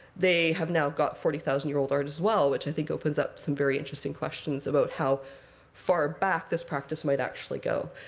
they have now got forty thousand year old art as well, which i think opens up some very interesting questions about how far back this practice might actually go.